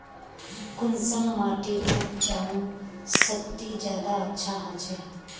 कुंसम माटिर उपजाऊ शक्ति ज्यादा अच्छा होचए?